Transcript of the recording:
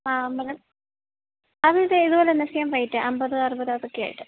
ആ ഉണ്ടല്ലോ അതും ഇതുപോലെത്തന്നെ സെയിം റേയ്റ്റാ അൻപത് അറുപത് അതൊക്കെയായിട്ട്